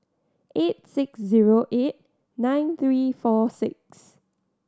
eight six zero eight nine three four six